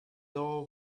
door